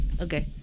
Okay